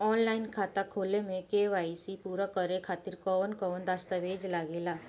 Online खाता खोले में के.वाइ.सी पूरा करे खातिर कवन कवन दस्तावेज लागे ला?